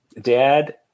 Dad